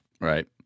Right